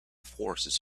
forces